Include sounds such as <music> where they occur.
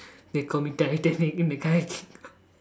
they call me Titanic in the kayaking <laughs>